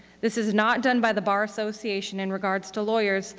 this is not done by the bar association in regards to lawyers,